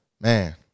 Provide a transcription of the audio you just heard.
Man